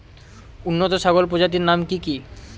উন্নত ছাগল প্রজাতির নাম কি কি?